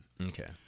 Okay